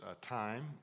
time